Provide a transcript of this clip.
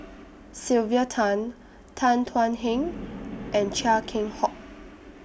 Sylvia Tan Tan Thuan Heng and Chia Keng Hock